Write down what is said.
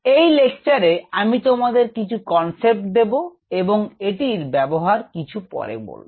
এই লেকচারে আমি তোমাদের কিছু কনসেপ্ট দেব এবং এটির ব্যবহার কিছু পরে বলব